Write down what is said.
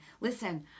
listen